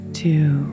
two